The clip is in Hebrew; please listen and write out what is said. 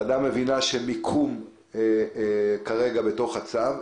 מבינה שהמיקום נמצא כרגע בתוך הצו,